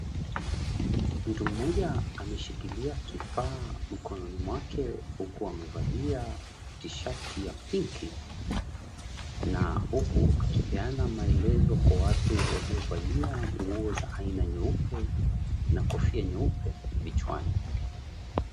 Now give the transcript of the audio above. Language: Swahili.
Mtu mmoja ameshikilia kifaa mkononi mwake, huku amevalia tishati ya pinki, na huku akipeana maelezo kwa watu waliovalia nguo nyeupe na kofia nyeupe kichwani.